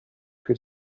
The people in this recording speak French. que